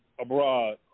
abroad